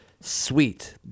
sweet